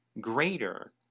greater